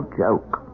joke